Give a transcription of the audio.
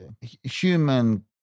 human